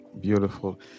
beautiful